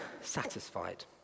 satisfied